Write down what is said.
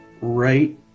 Right